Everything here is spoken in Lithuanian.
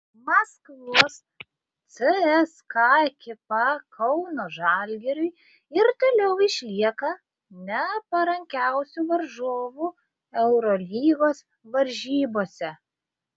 maskvos cska ekipa kauno žalgiriui ir toliau išlieka neparankiausiu varžovu eurolygos varžybose